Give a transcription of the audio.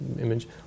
image